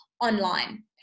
online